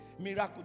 miracle